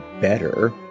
better